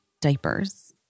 diapers